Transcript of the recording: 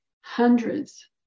Hundreds